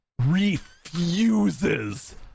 refuses